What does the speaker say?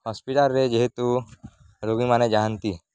ହସ୍ପିଟାଲ୍ରେ ଯେହେତୁ ରୋଗୀମାନେ ଯାଆନ୍ତି